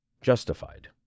justified